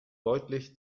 deutlich